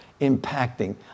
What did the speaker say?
impacting